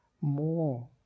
more